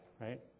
right